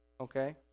Okay